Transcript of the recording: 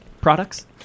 products